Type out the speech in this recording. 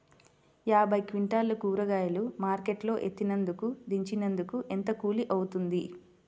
యాభై క్వింటాలు కూరగాయలు మార్కెట్ లో ఎత్తినందుకు, దించినందుకు ఏంత కూలి అవుతుంది?